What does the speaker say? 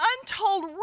untold